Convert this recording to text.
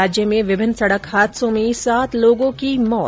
राज्य में विभिन्न सड़क हादसों में सात लोगों की मौत